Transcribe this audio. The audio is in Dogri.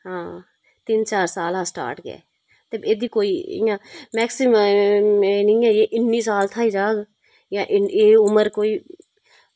हां तिन्न चार साल दा स्टार्ट गै ते एह्दी कोई इ'यां मैक्सिमम इन्ने साल दा गै जाह्ग जाे एह् उमर कोई